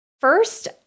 First